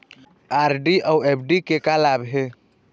RD अऊ FD के का लाभ हे?